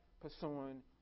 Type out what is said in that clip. pursuing